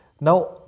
Now